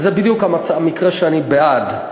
וזה בדיוק המקרה שאני בעד.